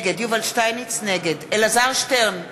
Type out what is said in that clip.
נגד אלעזר שטרן,